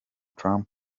trump